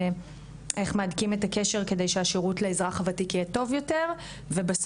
איך מהדקים את הקשר כדי שהשירות לאזרח הוותיק יהיה טוב יותר ובסוף,